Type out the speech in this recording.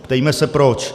Ptejme se proč.